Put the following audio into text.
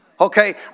Okay